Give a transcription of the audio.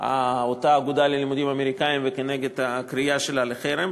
אותה אגודה ללימודים אמריקניים ונגד הקריאה שלה לחרם.